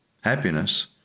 Happiness